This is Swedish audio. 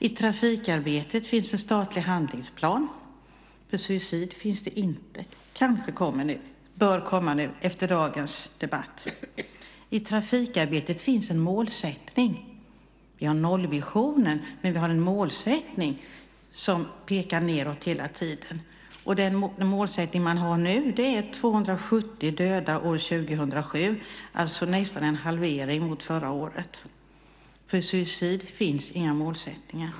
I trafikarbetet finns en statlig handlingsplan. För suicid finns det inte. Det kanske kommer nu efter dagens debatt. I trafikarbetet finns en målsättning. Vi har nollvisionen, men vi har en målsättning som pekar nedåt hela tiden. Den målsättning man har nu är 270 döda år 2007, alltså nästan en halvering mot förra året. För suicid finns inga målsättningar.